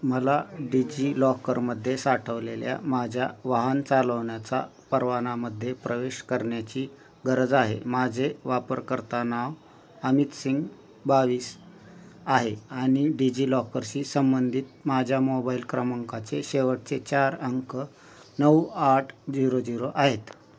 मला डिजिलॉकरमध्ये साठवलेल्या माझ्या वाहन चालवण्याचा परवानामध्ये प्रवेश करण्याची गरज आहे माझे वापरकर्ता नाव अमित सिंग बावीस आहे आणि डिजिलॉकरशी संबंधित माझ्या मोबाईल क्रमांकाचे शेवटचे चार अंक नऊ आठ झिरो झिरो आहेत